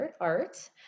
Art